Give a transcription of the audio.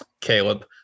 Caleb